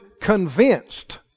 convinced